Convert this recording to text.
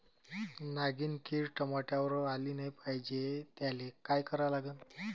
नागिन किड टमाट्यावर आली नाही पाहिजे त्याले काय करा लागन?